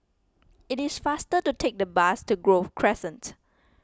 it is faster to take the bus to Grove Crescent